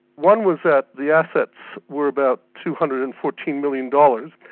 one was that the assets were about two hundred and fourteen million dollars,